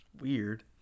weird